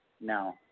No